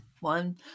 one